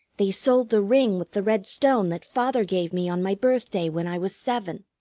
they sold the ring with the red stone that father gave me on my birthday when i was seven.